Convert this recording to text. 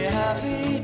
happy